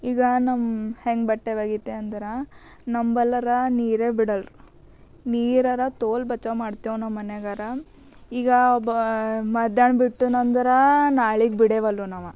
ಈಗ ನಮ್ಮ ಹೆಂಗೆ ಬಟ್ಟೆ ಒಗಿತೇ ಅಂದ್ರೆ ನಂಬಲ್ಲಾರ ನೀರೇ ಬಿಡಲ್ರು ನೀರಾರ ತೋಲ್ ಬಚಾವ್ ಮಾಡ್ತೇವೆ ನಮ್ಮ ಮನೆಯಾಗಾರ ಈಗ ಮಧ್ಯಾಹ್ನ ಬಿಟ್ಟನೆಂದ್ರೆ ನಾಳೆಗೆ ಬಿಡೇವಲ್ಲು ನಾವ